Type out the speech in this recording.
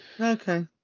okay